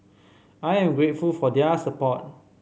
I am grateful for their support